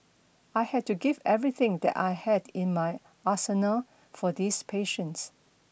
I had to give everything that I had in my arsenal for these patients